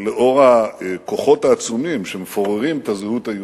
לאור הכוחות העצומים שמפוררים את הזהות היהודית,